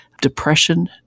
depression